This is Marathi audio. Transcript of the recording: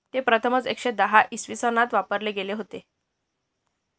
ते प्रथमच एकशे दहा इसवी सनात वापरले गेले होते